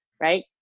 right